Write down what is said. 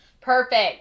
Perfect